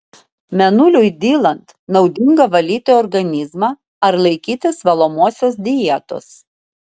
mėnuliui dylant naudinga valyti organizmą ar laikytis valomosios dietos